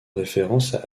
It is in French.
référence